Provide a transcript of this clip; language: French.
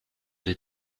vais